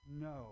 no